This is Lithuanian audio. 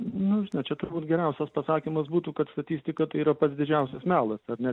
nu žinot čia turbūt geriausias pasakymas būtų kad statistika tai yra pats didžiausias melas ar ne